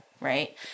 right